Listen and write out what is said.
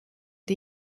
die